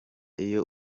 iyo